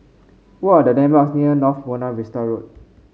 what are the landmarks near North Buona Vista Road